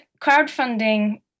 crowdfunding